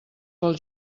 pel